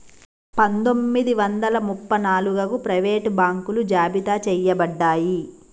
పందొమ్మిది వందల ముప్ప నాలుగగు ప్రైవేట్ బాంకులు జాబితా చెయ్యబడ్డాయి